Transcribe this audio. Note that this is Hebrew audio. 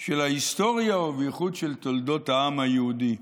של ההיסטוריה, ובייחוד של תולדות העם היהודי.